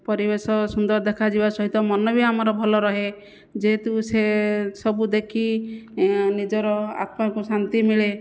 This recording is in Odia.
ପରିବେଶ ସୁନ୍ଦର ଦେଖାଯିବା ସହିତ ମନ ବି ଆମର ଭଲ ରୁହେ ଯେହେତୁ ସେ ସବୁ ଦେଖି ନିଜର ଆତ୍ମାକୁ ଶାନ୍ତି ମିଳେ